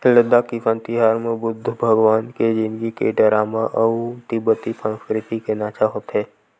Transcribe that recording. लद्दाख किसान तिहार म बुद्ध भगवान के जिनगी के डरामा अउ तिब्बती संस्कृति के नाचा होथे